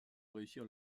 réussir